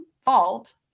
fault